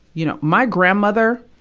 you know my grandmother